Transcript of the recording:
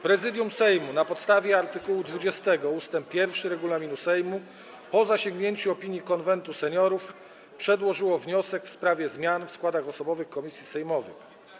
Prezydium Sejmu na podstawie art. 20 ust. 1 regulaminu Sejmu, po zasięgnięciu opinii Konwentu Seniorów, przedłożyło wniosek w sprawie zmian w składach osobowych komisji sejmowych.